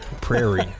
Prairie